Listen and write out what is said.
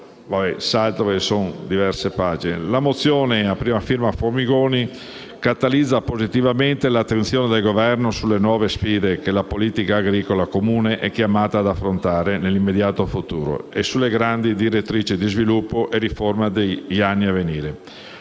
La mozione a prima firma Formigoni catalizza positivamente l'attenzione del Governo sulle nuove sfide che la Politica agricola comune è chiamata ad affrontare nell'immediato futuro e sulle grandi direttrici di sviluppo e riforma degli anni a venire.